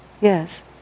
Yes